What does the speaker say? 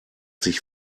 sich